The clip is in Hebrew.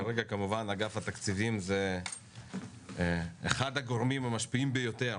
כרגע אגף התקציבים הוא אחד הגורמים המשפיעים ביותר